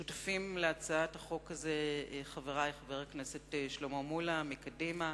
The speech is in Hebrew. שותפים להצעת הזאת חברי חבר הכנסת שלמה מולה מקדימה